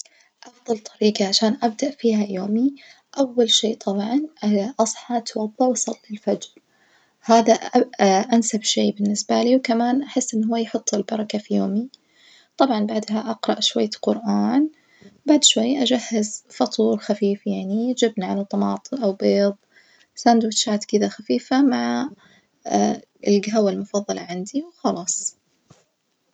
أفظل طريجة عشان أبدأ فيها يومي أول شي طبعًا أصحى أتوضى وأصلي الفجر هذا أنسب شي بالنسبة لي وكمان أحس أنه هو يحط البركة في يومي، طبعًا بعدها أقرأ شوية قرآن، بعد شوي أجهز فطور خفيف يعني جبن على طماطم أو بيظ ساندوتشات كدة خفيفة مع الجهوة المفظلة عندي وخلاص.